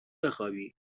بخوابی